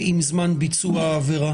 וגם לצערי דפוסים של מנהיגות עוצמת עיניים,